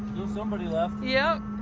somebody left. yup.